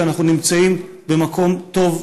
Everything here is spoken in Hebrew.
שאנחנו נמצאים במקום טוב,